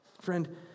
Friend